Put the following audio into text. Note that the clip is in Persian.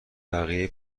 بقیه